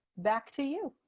back to you.